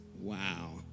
Wow